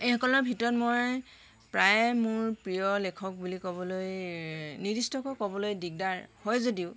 এই সকলৰ ভিতৰত মই প্ৰায়ে মোৰ প্ৰিয় লেখক বুলি ক'বলৈ নিৰ্দিষ্টকৈ ক'বলৈ দিগদাৰ হয় যদিও